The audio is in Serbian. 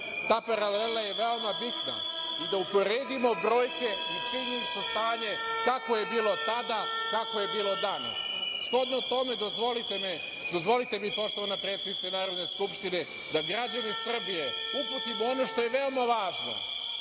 Ta paralela je veoma bitna i da uporedimo brojke i činjenično stanje kako je bilo tada, a kako je bilo danas. Shodno tome, dozvolite mi poštovana predsednice Narodne Skupštine da građani Srbije, uputim u ono što je veoma važno,